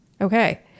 Okay